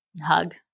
hug